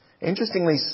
Interestingly